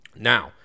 Now